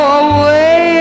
away